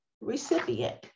Recipient